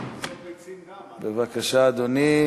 בבקשה, אדוני.